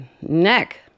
neck